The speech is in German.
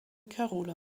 carola